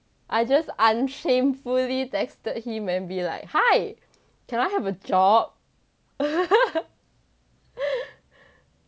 I just unshamefully texted him and be like hi can I have a job he said yeah I'm sure we can slot you in but then after that he left me hanging